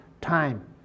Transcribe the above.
time